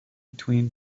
between